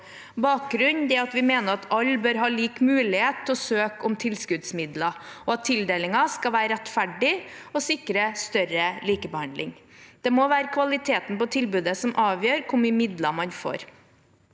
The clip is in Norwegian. Bakgrunnen er at vi mener at alle bør ha lik mulighet til å søke om tilskuddsmidler, og at tildelingen skal være rettferdig og sikre større likebehandling. Det må være kvaliteten på tilbudet som avgjør hvor mye midler man får.